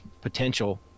potential